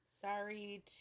sorry